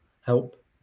Help